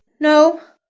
no,